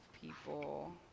people